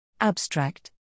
Abstract